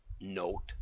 note